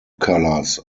colours